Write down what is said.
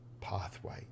pathway